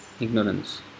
Ignorance